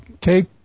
take